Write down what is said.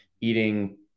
eating